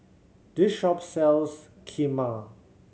this shop sells Kheema